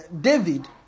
David